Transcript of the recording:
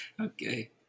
Okay